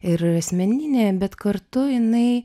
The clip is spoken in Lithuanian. ir asmeninė bet kartu jinai